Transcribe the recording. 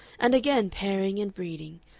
and again pairing and breeding,